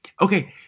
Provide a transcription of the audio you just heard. Okay